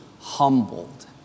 humbled